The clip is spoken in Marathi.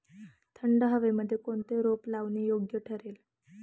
थंड हवेमध्ये कोणते रोप लावणे योग्य ठरेल?